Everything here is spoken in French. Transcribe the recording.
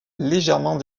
légèrement